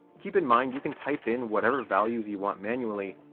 keep in mind you can type in whatever values you want manually,